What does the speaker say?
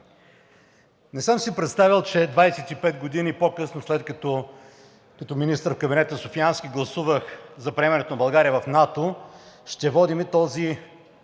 Не съм си представял, че 25 години по-късно, след като като министър в кабинета Софиянски гласувах за приемането на България в НАТО, ще водим този